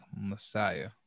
Messiah